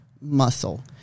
muscle